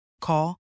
Call